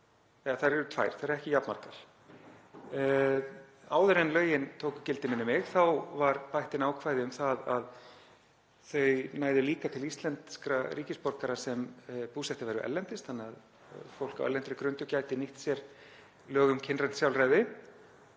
eru tvær, þær eru ekki jafnmargar. Áður en lögin tóku gildi, minnir mig, var bætt inn ákvæði um að þau næðu líka til íslenskra ríkisborgara sem búsettir eru erlendis þannig að fólk á erlendri grundu gæti nýtt sér lög um kynrænt sjálfræði.